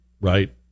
right